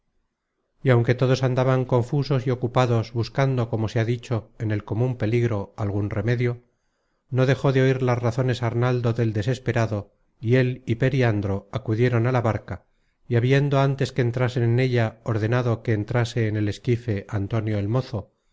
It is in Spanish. y aunque todos andaban confusos y ocupados buscando como se ha dicho en el comun peligro algun remedio no dejó de oir las razones arnaldo del desesperado y él y periandro acudieron a la barca y habiendo ántes que entrasen en ella ordenado que entrase en el esquife antonio el mozo